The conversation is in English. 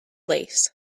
lace